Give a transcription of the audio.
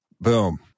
Boom